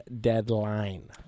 deadline